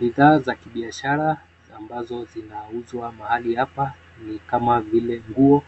Bidhaa za kibiashara ambazo zinazouzwa mahali hapa ni kama vile nguo,